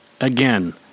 again